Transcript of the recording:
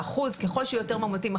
ככל שיותר מאומתים,